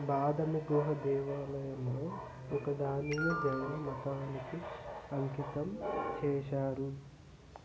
బాదమి గుహ దేవాలయంలో ఒకదానిని జైన మతానికి అంకితం చేశారు